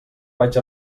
vaig